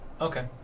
Okay